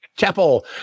Chapel